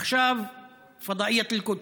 עכשיו פדאיית אל-קודס.